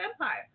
empire